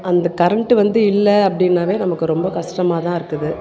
அந்த கரண்ட்டு வந்து இல்லை அப்படினாவே நமக்கு ரொம்ப கஷ்டமா தான் இருக்குது